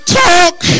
talk